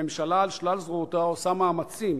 הממשלה על שלל זרועותיה עושה מאמצים,